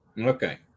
Okay